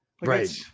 Right